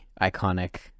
iconic